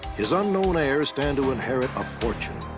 his unknown heirs stand to inherit a fortune.